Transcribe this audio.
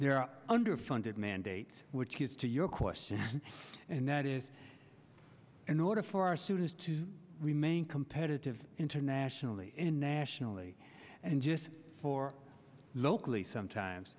are underfunded mandates which is to your question and that is in order for our students to remain competitive internationally internationally and just for locally sometimes